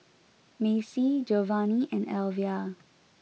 Macie Jovany and Elvia